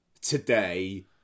today